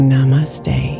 Namaste